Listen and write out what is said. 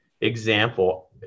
example